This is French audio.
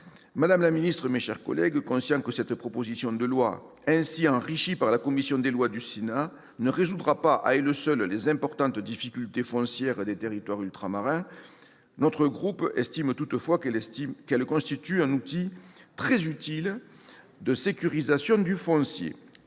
Madame la ministre, mes chers collègues, conscient que cette proposition de loi ainsi enrichie par la commission des lois du Sénat ne résoudra pas, à elle seule, les importantes difficultés foncières des territoires ultramarins, notre groupe estime toutefois qu'elle constitue un outil très utile de sécurisation du foncier.